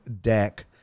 deck